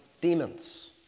demons